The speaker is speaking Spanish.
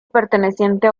perteneciente